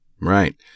Right